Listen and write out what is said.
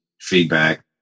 feedback